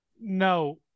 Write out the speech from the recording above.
no